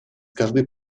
каждой